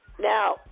Now